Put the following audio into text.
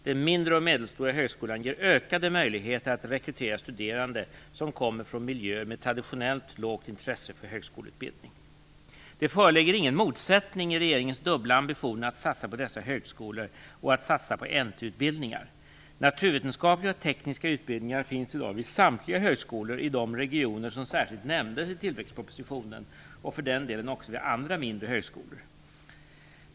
De mindre och medelstora högskolorna ger ökade möjligheter att rekrytera studerande som kommer från miljöer med traditionellt lågt intresse för högskoleutbildning. Det föreligger ingen motsättning i regeringens dubbla ambitioner att satsa på dessa högskolor och att satsa på NT-utbildningar. Naturvetenskapliga och tekniska utbildningar finns i dag vid samtliga högskolor i de regioner som särskilt nämndes i tillväxtpropositionen - och för den delen också vid andra mindre högskolor.